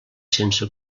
sense